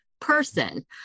person